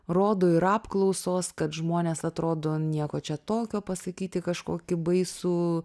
rodo ir apklausos kad žmonės atrodo nieko čia tokio pasakyti kažkokį baisų